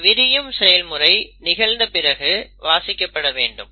இந்த விரியும் செயல்முறை நிகழ்ந்த பிறகு வாசிக்கப்பட வேண்டும்